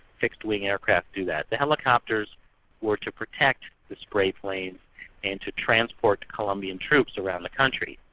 fixed wing aircraft do that. the helicopters were to protect the spray planes and to transport colombian troops around the country.